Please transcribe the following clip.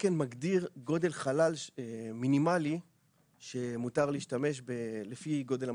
והתקן מגדיר גודל חלל מינימלי שמותר להשתמש לפי גודל המזגן.